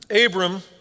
Abram